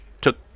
took